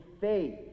faith